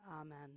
Amen